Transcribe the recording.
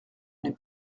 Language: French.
n’est